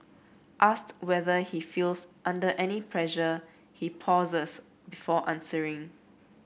asked whether he feels under any pressure he pauses before answering